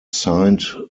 signed